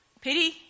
Pity